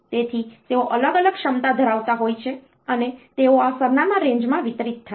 તેથી તેઓ અલગ અલગ ક્ષમતા ધરાવતા હોય છે અને તેઓ આ સરનામાં રેન્જમાં વિતરિત થાય છે